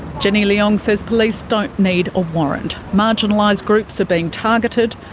jenny leong says police don't need a warrant, marginalised groups are being targeted,